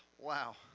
Wow